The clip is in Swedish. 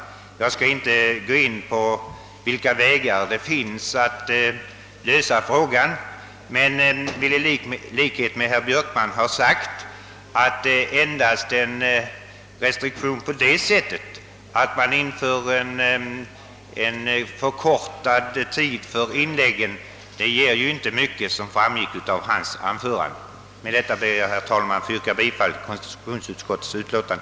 Jag skall inte gå in på en diskussion om vilka vägar som finns för att lösa frågan, men jag vill understryka att enbart en restriktion i form av förkortad tid för inläggen inte ger mycket, såsom framgick av herr Björkmans anförande. Med detta ber jag, herr talman, att få yrka bifall till konstitutionsutskottets utlåtande.